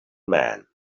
man